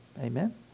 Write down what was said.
Amen